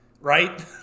right